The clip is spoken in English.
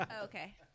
Okay